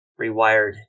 rewired